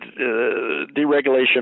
deregulation